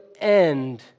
end